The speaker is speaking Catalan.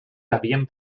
havien